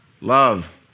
Love